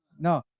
no